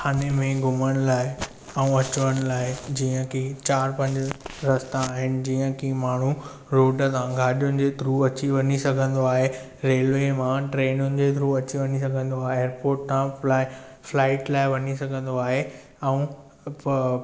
ठाणे में घुमण लाइ ऐं अचवञ लाइ जीअं की चारि पंज रस्ता आहिनि जीअं की माण्हू रोड त गाॾियुनि जे थ्रू अची वञी सघंदो आहे रेलवे मां ट्रेनुनि जे थ्रू अची वञी सघंदो आहे एयरपोट तां फ्लाए फ्लाइट लाइ वञी सघंदो आहे ऐं